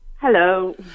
Hello